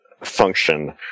function